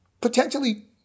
potentially